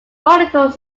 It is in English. article